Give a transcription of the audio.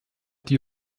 die